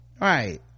right